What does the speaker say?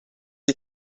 die